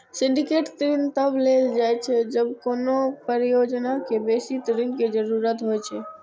syndicate ऋण तब देल जाइ छै, जब कोनो परियोजना कें बेसी ऋण के जरूरत होइ छै